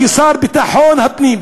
כשר לביטחון הפנים,